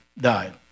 died